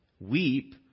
Weep